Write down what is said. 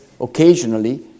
occasionally